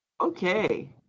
Okay